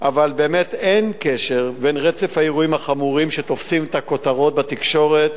אבל אין קשר בין רצף האירועים החמורים שתופסים את הכותרות בתקשורת